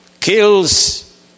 kills